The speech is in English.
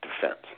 defense